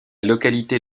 localité